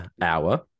hour